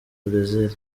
brazil